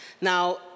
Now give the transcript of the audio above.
Now